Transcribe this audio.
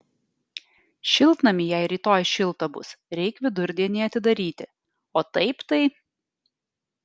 šiltnamį jei rytoj šilta bus reik vidurdienį atidaryti o taip tai